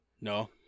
No